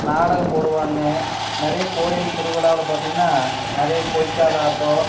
நாடகம் போடுவாங்க நிறைய கோயில் திருவிழாவில் பார்த்திங்கனா நிறையா பொய்க்கால் ஆட்டம்